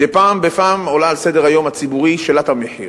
מדי פעם בפעם עולה על סדר-היום הציבורי שאלת המחיר.